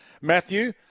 Matthew